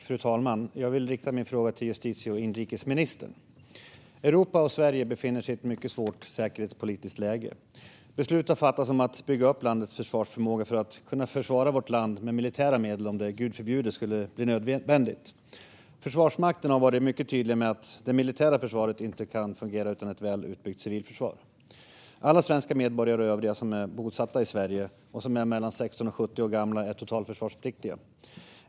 Fru talman! Jag vill rikta min fråga till justitie och inrikesministern. Europa och Sverige befinner sig i ett mycket svårt säkerhetspolitiskt läge. Beslut har fattats om att bygga upp landets försvarsförmåga för att kunna försvara vårt land med militära medel om det, gud förbjude, skulle bli nödvändigt. Försvarsmakten har varit mycket tydlig med att det militära försvaret inte kan fungera utan ett väl utbyggt civilförsvar. Alla svenska medborgare och övriga som är bosatta i Sverige och är mellan 16 och 70 år gamla är totalförsvarspliktiga.